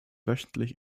wöchentlich